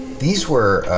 these were, ah,